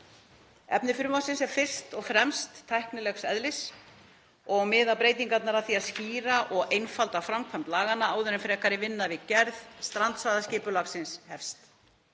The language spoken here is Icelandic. Efni frumvarpsins er fyrst og fremst tæknilegs eðlis og miða breytingarnar að því að skýra og einfalda framkvæmd laganna áður en frekari vinna við gerð strandsvæðisskipulagsins hefst.